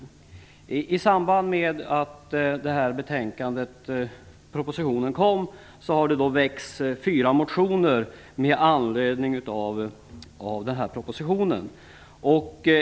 Med anledning av den här propositionen har det väckts fyra motioner.